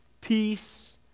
peace